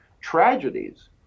tragedies